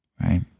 right